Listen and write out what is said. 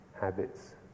habits